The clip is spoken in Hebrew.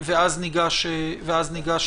ואז ניגש להצבעה.